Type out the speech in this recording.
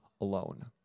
alone